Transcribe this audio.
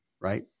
right